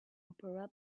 opera